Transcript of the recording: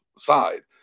side